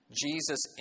Jesus